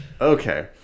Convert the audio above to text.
Okay